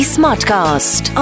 Smartcast